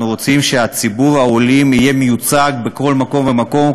אנחנו רוצים שציבור העולים יהיה מיוצג בכל מקום ומקום,